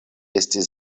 estis